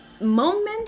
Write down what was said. moment